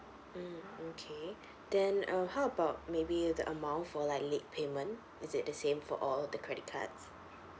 mm okay then um how about maybe the amount for like late payment is it the same for all the credit cards